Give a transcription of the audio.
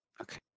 Okay